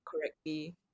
correctly